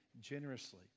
generously